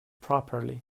properly